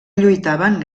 lluitaven